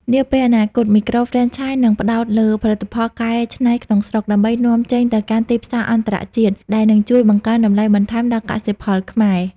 នាពេលអនាគត មីក្រូហ្វ្រេនឆាយនឹងផ្ដោតលើ "ផលិតផលកែច្នៃក្នុងស្រុក" ដើម្បីនាំចេញទៅកាន់ទីផ្សារអន្តរជាតិ ដែលនឹងជួយបង្កើនតម្លៃបន្ថែមដល់កសិផលខ្មែរ។